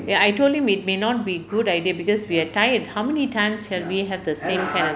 ya I told him it may not be good idea because we are tired how many times have we have the same kind of